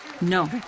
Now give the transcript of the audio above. No